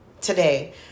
today